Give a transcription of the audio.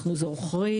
אנחנו זוכרים